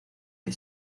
que